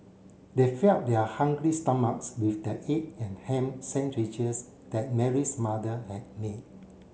they fed up their hungry stomachs with the egg and ham sandwiches that Mary's mother had made